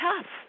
tough